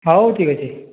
ହଉ ଠିକ୍ ଅଛେ